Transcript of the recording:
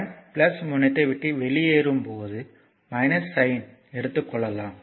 current முனையத்தை விட்டு வெளியேறும்போது சைன் எடுத்து கொள்ளலாம்